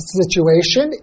situation